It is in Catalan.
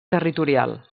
territorial